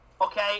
Okay